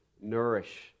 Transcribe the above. nourish